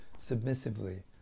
submissively